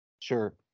Sure